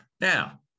now